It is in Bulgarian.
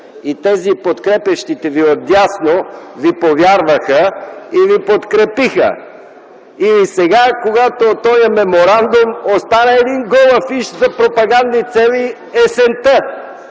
и тези подкрепящите ви отдясно ви повярваха, и ви подкрепиха? Или сега, когато този меморандум остана един гол афиш за пропагандни цели,